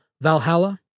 Valhalla